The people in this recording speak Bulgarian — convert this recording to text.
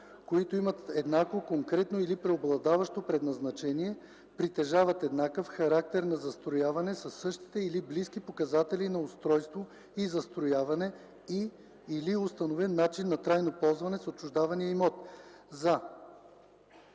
които имат еднакво, конкретно или преобладаващо предназначение, притежават еднакъв характер на застрояване със същите или близки показатели на устройство и застрояване и/или установен начин на трайно ползване с отчуждавания имот, за: